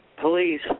police